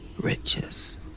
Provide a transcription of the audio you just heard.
riches